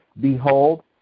Behold